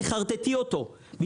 תחרטטי אותו,